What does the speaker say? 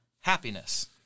happiness